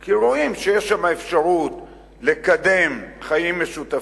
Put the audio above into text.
כי רואים שיש שם אפשרות לקדם חיים משותפים,